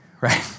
right